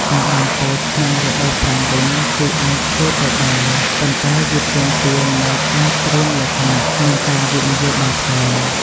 ការដាំពោតក្នុងរដូវប្រាំងវិញគឺអាចធ្វើទៅបាន ប៉ុន្តែវាទាមទារនូវការត្រៀមលក្ខណៈ និងការវិនិយោគបន្ថែម។